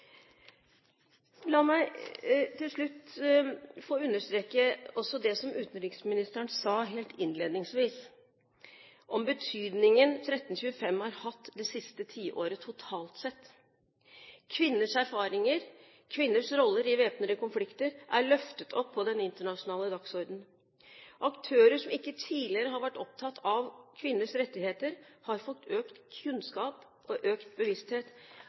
La meg til slutt få understreke det som utenriksministeren sa helt innledningsvis om betydningen 1325 har hatt det siste tiåret totalt sett. Kvinners erfaringer og kvinners rolle i væpnede konflikter er løftet opp på den internasjonale dagsordenen. Aktører som ikke tidligere har vært opptatt av kvinners rettigheter, har fått økt kunnskap og økt bevissthet,